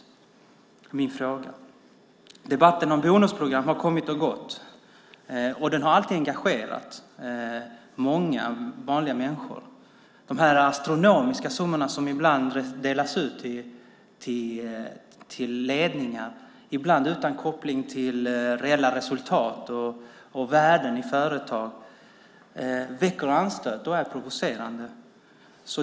Debatten om bonusprogram har kommit och gått. Den har alltid engagerat många vanliga människor. De astronomiska summor som ibland delas ut till ledningar, ibland utan koppling till reella resultat och värden i företag, väcker anstöt och är provocerande.